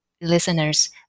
listeners